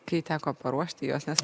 kai teko paruošti juos nes